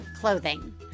clothing